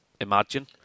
imagine